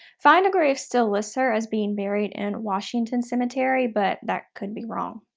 find a grave still lists her as being buried in washington cemetery, but that could be wrong.